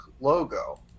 logo